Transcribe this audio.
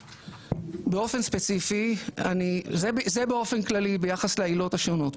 באופן ספציפי אני זה באופן כללי ביחס לעילות השונות.